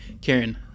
Karen